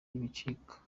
ibicika